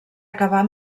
acabar